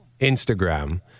Instagram